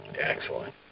Excellent